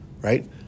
right